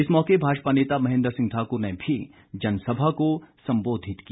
इस मौके भाजपा नेता महेन्द्र सिंह ठाकुर ने भी जनसभा को संबोधित किया